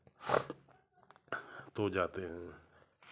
तो जाते हैं